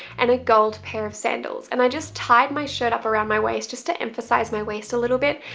and a gold pair of sandals, and i just tied my shirt up around my waist just to emphasize my waist a little bit,